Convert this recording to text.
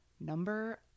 number